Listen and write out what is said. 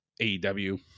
AEW